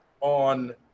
on